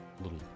little